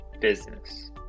business